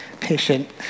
patient